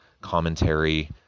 commentary